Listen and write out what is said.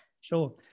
Sure